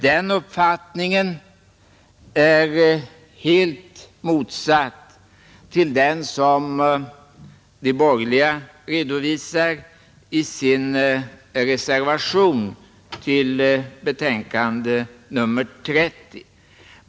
Den uppfattningen är helt motsatt den som de borgerliga redovisar i sin reservation till betänkande nr 30.